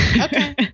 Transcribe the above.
Okay